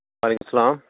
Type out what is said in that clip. و علیکم السلام